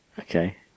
Okay